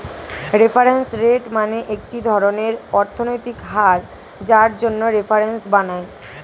reference rate মানে একটি ধরনের অর্থনৈতিক হার যার জন্য রেফারেন্স বানায়